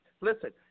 Listen